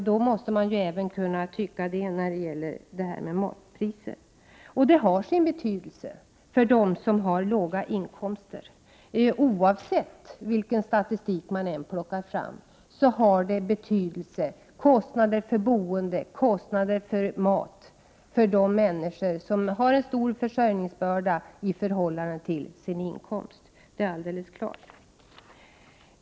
Då måste de tycka så även när det handlar om matpriser. Sänkta matpriser har betydelse för den som har låga inkomster. Oavsett vilken statistik man plockar fram har kostnaderna för boende, kostnaderna för mat betydelse för de människor som har en stor försörjningsbörda i förhållande till sin inkomst. Det är alldeles klart.